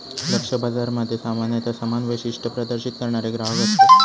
लक्ष्य बाजारामध्ये सामान्यता समान वैशिष्ट्ये प्रदर्शित करणारे ग्राहक असतत